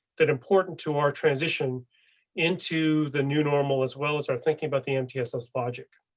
that important to our transition into the new normal as well as our thinking about the mtss logic.